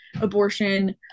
abortion